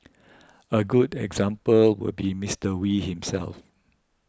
a good example would be Mister Wee himself